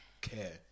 care